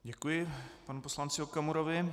Děkuji panu poslanci Okamurovi.